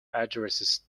addresses